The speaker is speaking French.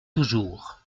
toujours